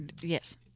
Yes